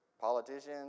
politicians